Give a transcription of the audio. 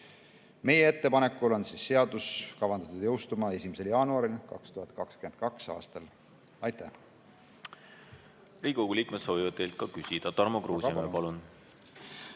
Meie ettepanekul on seadus kavandatud jõustuma 1. jaanuaril 2022. aastal. Aitäh!